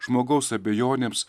žmogaus abejonėms